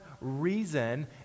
reason